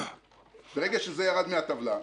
ברגע שזה ירד מהטבלה,